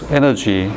energy